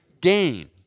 gain